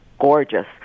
gorgeous